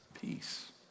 Peace